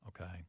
okay